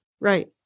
Right